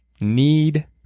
need